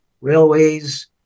railways